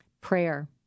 Prayer